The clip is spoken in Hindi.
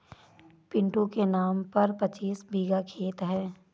पिंटू के नाम पर पच्चीस बीघा खेत है